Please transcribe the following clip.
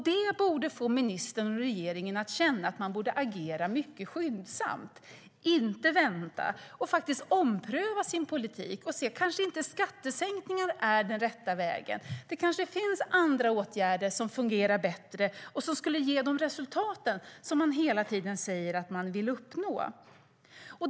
Det borde få ministern och regeringen att känna att man borde agera mycket skyndsamt, inte vänta. Man borde ompröva sin politik och inse att skattesänkningar kanske inte är den rätta vägen. Det kanske finns andra åtgärder som fungerar bättre och som skulle ge de resultat som man hela tiden säger att man vill uppnå.